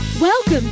Welcome